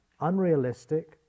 unrealistic